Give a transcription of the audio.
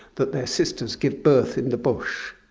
that their sisters give birth in the bush,